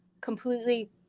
completely